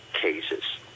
cases